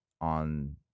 on